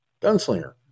gunslinger